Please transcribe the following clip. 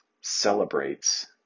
celebrates